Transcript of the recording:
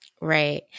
Right